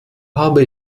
habe